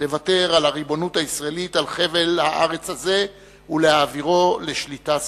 לוותר על הריבונות הישראלית על חבל הארץ הזה ולהעבירו לשליטה סורית.